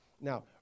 Now